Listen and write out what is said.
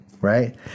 right